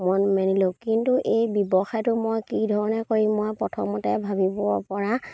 মন মেলিলোঁ কিন্তু এই ব্যৱসায়টো মই কি ধৰণে কৰিম মই প্ৰথমতে ভাবিব পৰা